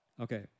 Okay